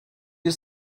bir